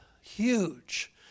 huge